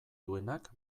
duenak